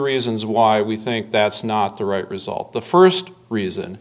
reasons why we think that's not the right result the first reason